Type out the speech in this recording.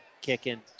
kicking